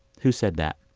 who said that?